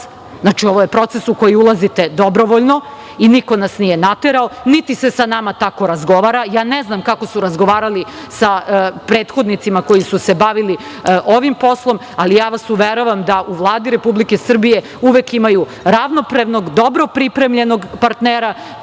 znači ovo je proces u koji ulazite dobrovoljno i niko nas nije naterao, niti se sa nama tako razgovara, ja ne znam kako su razgovarali sa prethodnicima koji su se bavili ovim poslom ali ja vas uveravam da u Vladi Republike Srbije uvek imaju ravnopravnog dobro pripremljenog partnera,